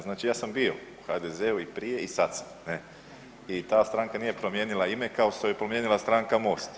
Znači ja sam bio u HDZ-u i prije i sad sam i ta stranka nije promijenila ime kao što je promijenila stranka MOST.